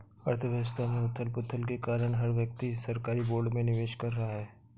अर्थव्यवस्था में उथल पुथल के कारण हर व्यक्ति सरकारी बोर्ड में निवेश कर रहा है